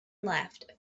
left